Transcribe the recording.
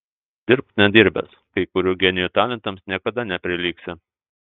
dirbk nedirbęs kai kurių genijų talentams niekada neprilygsi